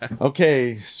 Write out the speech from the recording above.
Okay